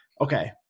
Okay